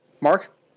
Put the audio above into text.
Mark